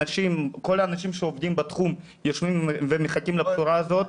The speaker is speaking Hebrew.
כל האנשים שעובדים בתחום יושבים ומחכים לבשורה הזאת.